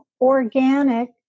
organic